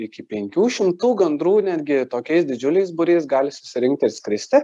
iki penkių šimtų gandrų netgi tokiais didžiuliais būriais gali susirinkti ir skristi